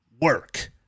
work